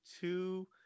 two